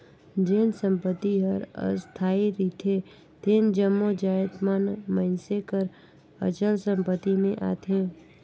जेन संपत्ति हर अस्थाई रिथे तेन जम्मो जाएत मन मइनसे कर अचल संपत्ति में आथें